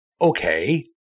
Okay